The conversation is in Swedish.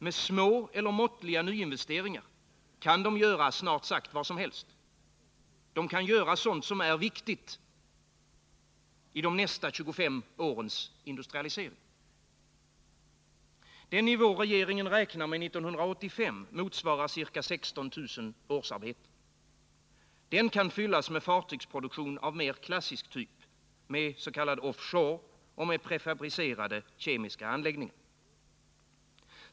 Med små eller måttliga nyinvesteringar kan de göra snart sagt vad som helst. De kan göra sådant som är viktigt i de nästa 25 årens industrialisering. Den nivå regeringen räknar med 1985 motsvarar ca 16 000 årsarbeten. Den kan fyllas med fartygsproduktion av mer klassisk typ med s.k. offshore och med prefabricerade kemiska anläggningar.